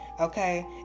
Okay